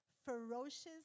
Ferocious